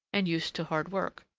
and used to hard work.